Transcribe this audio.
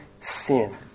sin